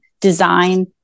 design